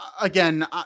Again